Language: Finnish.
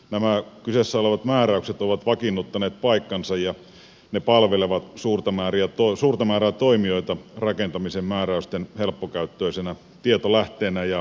nämä kyseessä olevat määräykset ovat vakiinnuttaneet paikkansa ja ne palvelevat suurta määrää toimijoita rakentamisen määräysten helppokäyttöisenä tietolähteenä ja myöskin ohjeistajana